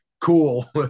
cool